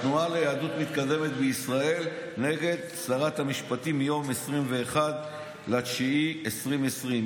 התנועה ליהדות מתקדמת בישראל נגד שרת המשפטים מיום 21 בספטמבר 2020,